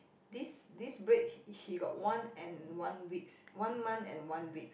this this break he he got one and one weeks one month and one weeks